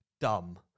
dumb